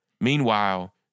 Meanwhile